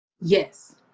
Yes